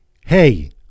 Hey